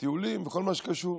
בטיולים ובכל מה שקשור?